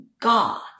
God